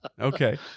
Okay